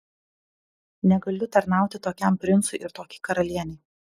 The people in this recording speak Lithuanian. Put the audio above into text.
negaliu tarnauti tokiam princui ir tokiai karalienei